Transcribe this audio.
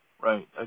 Right